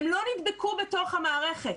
הם לא נדבקו בתוך המערכת.